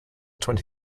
twenty